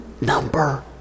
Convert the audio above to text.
number